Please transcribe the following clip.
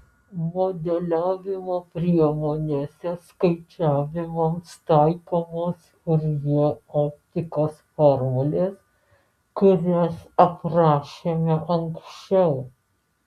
modeliavimo priemonėse skaičiavimams taikomos furjė optikos formulės kurias aprašėme anksčiau